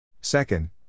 Second